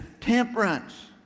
temperance